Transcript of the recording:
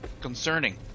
concerning